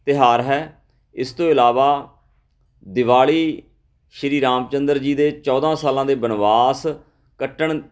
ਤਿਉਹਾਰ ਹੈ ਇਸ ਤੋਂ ਇਲਾਵਾ ਦੀਵਾਲੀ ਸ਼੍ਰੀ ਰਾਮ ਚੰਦਰ ਜੀ ਦੇ ਚੌਦ੍ਹਾਂ ਸਾਲਾਂ ਦੇ ਬਨਵਾਸ ਕੱਟਣ